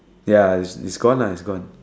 ya it's gone lah it's gone